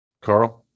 Carl